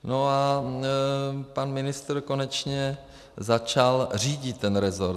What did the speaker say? No a pan ministr konečně začal řídit ten resort.